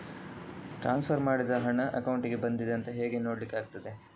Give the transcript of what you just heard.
Transfer ಮಾಡಿದ ಹಣ ಅಕೌಂಟಿಗೆ ಬಂದಿದೆ ಅಂತ ಹೇಗೆ ನೋಡ್ಲಿಕ್ಕೆ ಆಗ್ತದೆ?